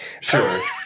Sure